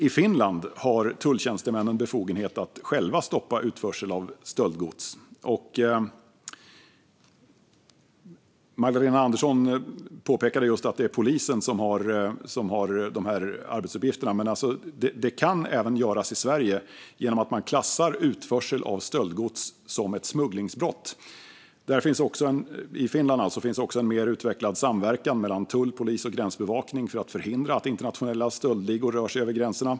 I Finland har tulltjänstemännen befogenhet att själva stoppa utförsel av stöldgods. Magdalena Andersson påpekade just att det är polisen som har de här arbetsuppgifterna, men detta kan även göras i Sverige genom att man klassar utförsel av stöldgods som ett smugglingsbrott. I Finland finns också en mer utvecklad samverkan mellan tull, polis och gränsbevakning för att förhindra att internationella stöldligor rör sig över gränserna.